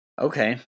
okay